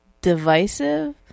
divisive